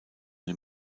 den